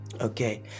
Okay